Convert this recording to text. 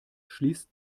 schließt